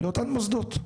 לאותם מוסדות,